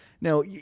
Now